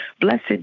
Blessed